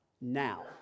now